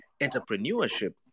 entrepreneurship